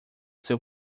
seu